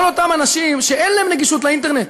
כל אותם אנשים שאין להם נגישות לאינטרנט.